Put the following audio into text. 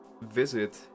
visit